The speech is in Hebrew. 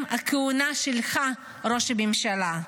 גם הכהונה שלך, ראש הממשלה,